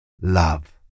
love